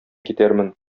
китәрмен